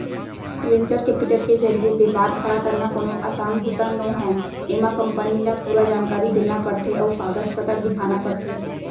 venture capital के जरिए बेपार खड़ा करना कोनो असान बूता नोहय एमा कंपनी ल पूरा जानकारी देना परथे अउ कागज पतर दिखाना परथे